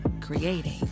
creating